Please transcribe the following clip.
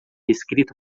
escrito